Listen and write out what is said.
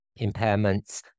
impairments